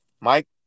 Mike